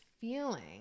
feeling